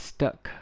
Stuck